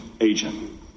agent